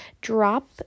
drop